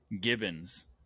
gibbons